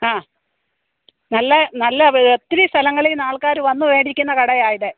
ആ നല്ല നല്ല ഒത്തിരി സ്ഥലങ്ങളിൽ നിന്ന് ആള്ക്കാർ വന്ന് മേടിക്കുന്ന കടയാണ് ഇത്